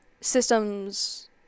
systems